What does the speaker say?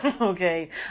Okay